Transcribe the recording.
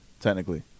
Technically